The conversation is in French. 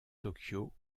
tokyo